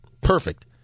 Perfect